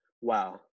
wow